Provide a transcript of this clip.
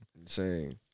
Insane